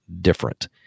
different